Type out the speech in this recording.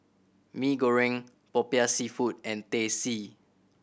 Mee Goreng Popiah Seafood and Teh C